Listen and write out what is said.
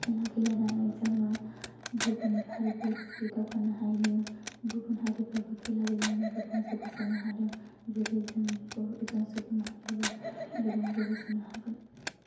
खेला गेलेनानै जोङो गुबुन हारिफोरबायदि दावगानो हायो गुबुन हारिफोराबो खेला गेलेनानै गोबां जौगासारनो हादों जेरै जों बर' सुबुं माहारियाबो गोबां जौगासारनो हागोन